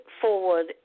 forward